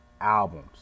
albums